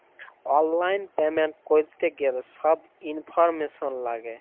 অললাইল পেমেল্ট ক্যরতে গ্যালে ছব ইলফরম্যাসল ল্যাগে